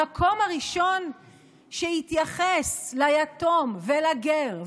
המקום הראשון שהתייחס ליתום ולגר ולאלמנה.